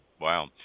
Wow